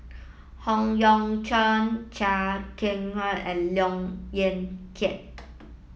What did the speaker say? Howe Yoon Chong Chia Keng Hock and Look Yan Kit